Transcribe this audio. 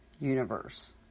universe